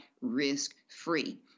risk-free